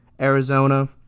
Arizona